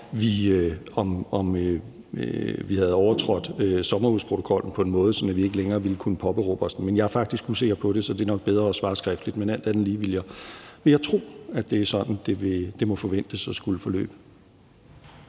om vi havde overtrådt reglerne i sommerhusprotokollen på en måde, så vi ikke længere ville kunne påberåbe os den. Men jeg er faktisk usikker på det, så det er nok bedre at svare skriftligt. Men alt andet lige vil jeg tro, at det er sådan, det må forventes at skulle forløbe.